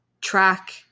track